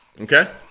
Okay